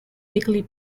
quickly